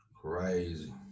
Crazy